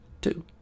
two